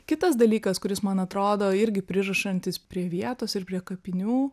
kitas dalykas kuris man atrodo irgi pririšantis prie vietos ir prie kapinių